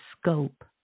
scope